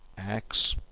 acts,